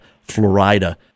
Florida